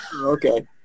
Okay